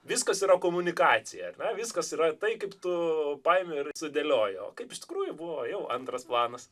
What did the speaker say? viskas yra komunikacija na viskas yra tai kaip tu paimi ir sudėliojo kaip iš tikrųjų buvo jau antras planas